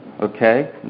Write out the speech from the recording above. Okay